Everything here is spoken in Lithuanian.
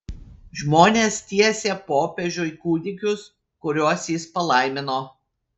žmonės tiesė popiežiui kūdikius kuriuos jis palaimino